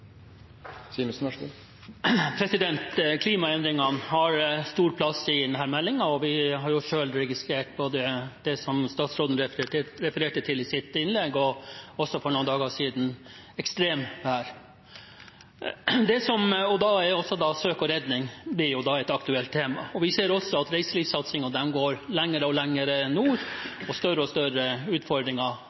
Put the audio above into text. Klimaendringene tar en stor plass i denne meldingen, og vi har selv registrert det som statsråden refererte til både i sitt innlegg og for noen dager siden: ekstremvær. Da blir søk og redning et aktuelt tema. Vi ser også at reiselivssatsingen går lenger og lenger nordover, med de stadig større utfordringene det vil medføre med tanke på å ha en god søk- og redningstjeneste. Samtidig ser vi at en er lenger og lenger